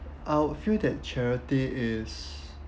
I'll feel that charity is